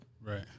Right